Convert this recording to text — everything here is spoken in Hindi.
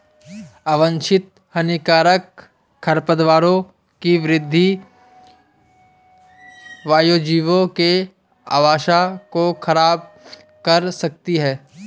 अवांछित हानिकारक खरपतवारों की वृद्धि वन्यजीवों के आवास को ख़राब कर सकती है